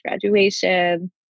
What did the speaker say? graduation